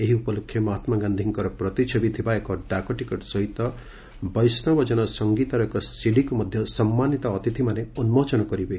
ଏହି ଉପଲକ୍ଷେ ମହାତ୍କାଗାନ୍ଧିଙ୍କର ପ୍ରତିଛବି ଥିବା ଏକ ଡାକଟିକଟ ସହିତ ବୈଷ୍ଣବଜନ ସଙ୍ଗୀତର ଏକ ସିଡିକୁ ମଧ୍ୟ ସମ୍ମାନିତ ଅତିଥିମାନେ ଉନ୍କୋଚନ କରିବେ